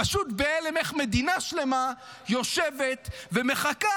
פשוט בהלם, איך מדינה שלמה יושבת ומחכה.